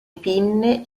pinne